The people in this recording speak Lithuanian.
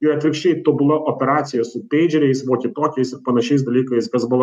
ir atvirkščiai tobula operacija su peidžeriais vokitokiais ir panašiais dalykais kas buvo